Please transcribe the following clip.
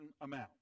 amount